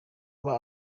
aho